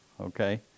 Okay